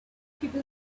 people